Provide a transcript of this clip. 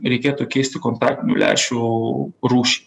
reikėtų keisti kontaktinių lęšių rūšį